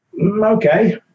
okay